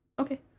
Okay